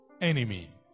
enemy